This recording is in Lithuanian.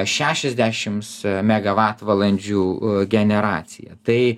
šešiasdešims megavatvalandžių generacija tai